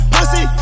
Pussy